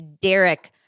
Derek